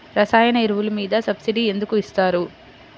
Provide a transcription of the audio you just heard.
రసాయన ఎరువులు మీద సబ్సిడీ ఎందుకు ఇస్తారు?